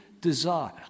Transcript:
desire